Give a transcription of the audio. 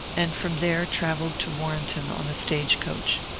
and from there trav elled to warrenton on a stage coach.